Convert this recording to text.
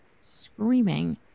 screaming